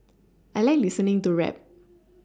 I like listening to rap